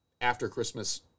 after-Christmas